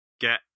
get